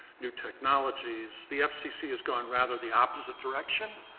new technologies. the fcc has gone rather the opposite direction.